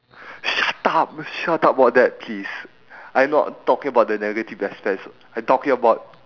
shut up you shut up about that please I'm not talking about the negative aspects I'm talking about